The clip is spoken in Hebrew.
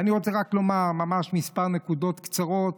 ואני רוצה רק לומר ממש כמה נקודות קצרות,